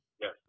Yes